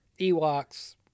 Ewoks